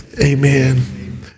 amen